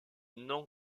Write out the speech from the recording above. nom